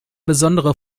besondere